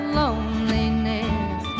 loneliness